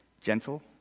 gentle